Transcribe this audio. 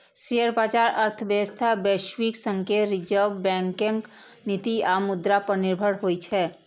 share बाजार अर्थव्यवस्था, वैश्विक संकेत, रिजर्व बैंकक नीति आ मुद्रा पर निर्भर होइ छै